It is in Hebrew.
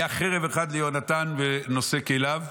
הייתה חרב אחת ליונתן ונושא כליו,